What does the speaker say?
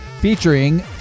featuring